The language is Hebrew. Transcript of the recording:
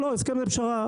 הסכם זה פשרה,